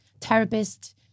therapist